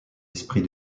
esprit